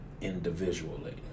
individually